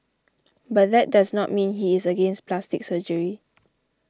but that does not mean he is against plastic surgery